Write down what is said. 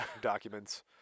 documents